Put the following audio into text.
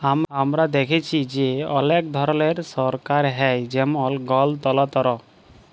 আমরা দ্যাখেচি যে অলেক ধরলের সরকার হ্যয় যেমল গলতলতর